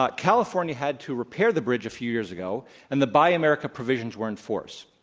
ah california had to repair the bridge a few years ago and the buy america provisions were enforced.